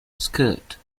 skirt